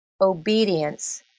obedience